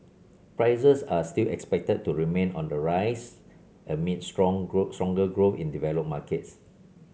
prices are still expected to remain on the rise amid strong growth stronger growth in developed markets